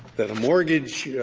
that a mortgage